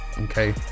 okay